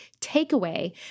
takeaway